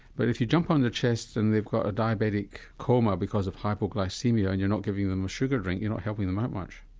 but if you jump on their chests and they've got a diabetic coma because of hypoglycaemia and you're not giving them a sugar drink, you're not helping them that much.